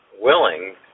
Willing